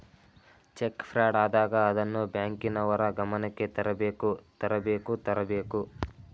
check fraud ಆದಾಗ ಅದನ್ನು ಬ್ಯಾಂಕಿನವರ ಗಮನಕ್ಕೆ ತರಬೇಕು ತರಬೇಕು ತರಬೇಕು